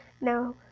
now